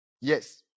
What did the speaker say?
Yes